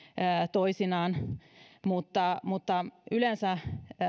toisinaan mutta mutta yleensä